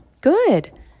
Good